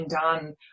done